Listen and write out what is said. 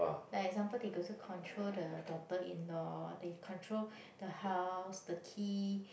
like example they also control the daughter in law they control the house the key